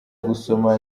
gusoma